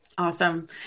Awesome